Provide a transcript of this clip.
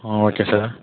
ah okay sir